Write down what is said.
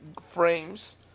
frames